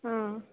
ಹಾಂ